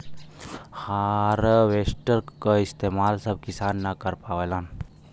harvester क इस्तेमाल सब किसान न कर पावेलन